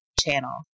channel